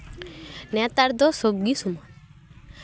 ᱱᱮᱛᱟᱨ ᱫᱚ ᱥᱚᱵᱜᱤ ᱥᱚᱢᱟᱱ